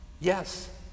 yes